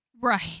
Right